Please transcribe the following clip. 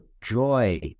joy